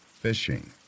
fishing